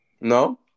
No